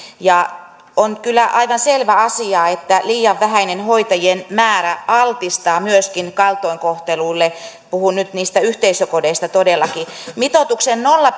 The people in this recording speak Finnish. on kyllä aivan selvä asia että liian vähäinen hoitajien määrä altistaa myöskin kaltoinkohtelulle puhun nyt niistä yhteisökodeista todellakin mitoitusten nolla